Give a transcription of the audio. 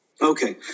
Okay